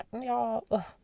y'all